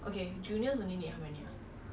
ya 七 times twenty